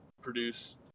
produce